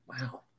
Wow